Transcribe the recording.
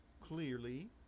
clearly